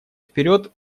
вперед